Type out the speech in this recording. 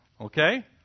Okay